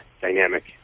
dynamic